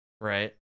Right